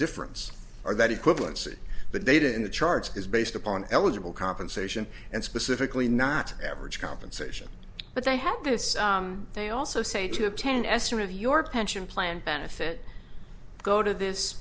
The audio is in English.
difference or that equivalency the data in the charts is based upon eligible compensation and specifically not average compensation but they have this they also say to obtain an estimate of your pension plan benefit go to this